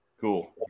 Cool